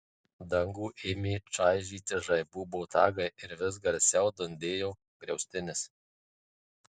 dangų ėmė čaižyti žaibų botagai ir vis garsiau dundėjo griaustinis